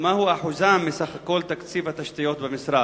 ומהו אחוזם מסך תקציב התשתיות במשרד?